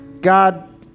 God